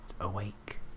awake